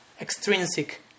extrinsic